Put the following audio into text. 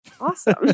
Awesome